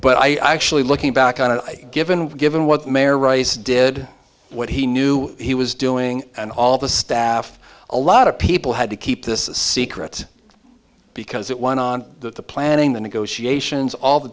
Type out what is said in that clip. but i actually looking back on a given given what mayor rice did what he knew he was doing and all of the staff a lot of people had to keep this secret because it went on the planning the negotiations all the